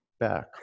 Back